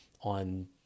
on